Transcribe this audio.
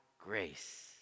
grace